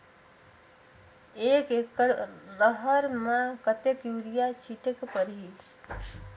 एक एकड रहर म कतेक युरिया छीटेक परही?